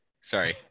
Sorry